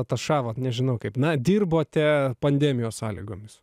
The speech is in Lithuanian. atašavot nežinau kaip na dirbote pandemijos sąlygomis